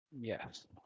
Yes